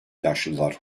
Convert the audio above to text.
yaşlılar